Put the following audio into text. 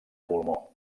pulmó